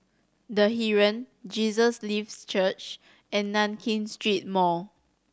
The Heeren Jesus Lives Church and Nankin Street Mall